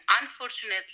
unfortunately